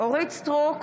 אורית מלכה סטרוק,